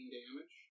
damage